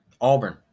Auburn